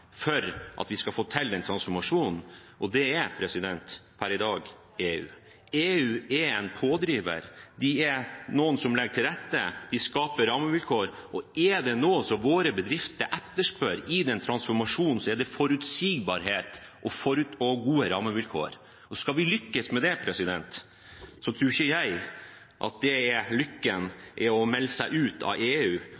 for at vi skal få til en transformasjon, og det er per i dag EU. EU er en pådriver, de er noen som legger til rette, de skaper rammevilkår, og er det noe som våre bedrifter etterspør i den transformasjonen, er det forutsigbarhet og gode rammevilkår. Skal vi lykkes med det, tror ikke jeg at lykken er